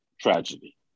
tragedy